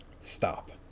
Stop